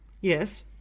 yes